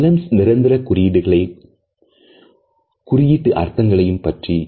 emblems நிரந்திர குறியீடுகளின் குறியீட்டு அர்த்தங்களை பற்றியது